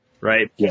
right